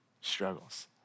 struggles